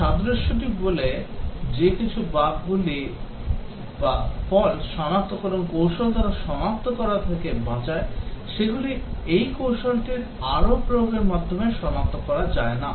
সাদৃশ্যটি বলে যে কিছু বাগগুলি যেগুলি fault সনাক্তকরণ কৌশল দ্বারা সনাক্ত করা থেকে বাঁচায় সেগুলি সেই কৌশলটির আরও প্রয়োগের মাধ্যমে সনাক্ত করা যায় না